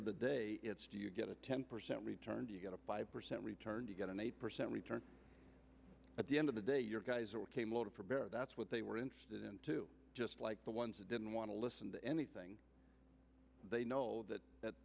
of the day do you get a ten percent return you get a five percent return to get an eight percent return at the end of the day your guys came loaded for bear that's what they were interested in too just like the ones that didn't want to listen to anything they know that